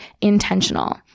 Intentional